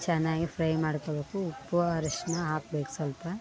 ಚೆನ್ನಾಗಿ ಫ್ರೈ ಮಾಡಿಕೊಬೇಕು ಉಪ್ಪು ಅರ್ಶಿಣ ಹಾಕ್ಬೇಕ್ ಸ್ವಲ್ಪ